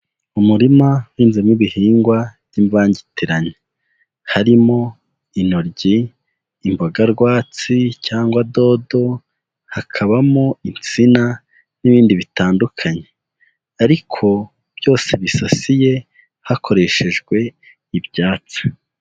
Umurima uhinzemo ibihingwa by'imvangitirane. Harimo intoryi imbogarwatsi cyangwa dodo hakabamo insina n'ibindi bitandukanye, ariko byose bisasiye hakoreshejwe ibyatsi.